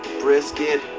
brisket